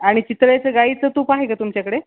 आणि चितळेचं गाईचं तूप आहे का तुमच्याकडे